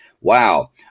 Wow